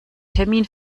termin